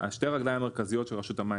שתי הרגליים המרכזיות של רשות המים